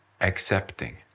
accepting